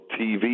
TV